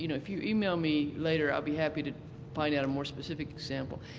you know if you email me later, i'll be happy to find out a more specific example.